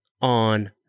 on